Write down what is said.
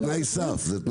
זה תנאי סף.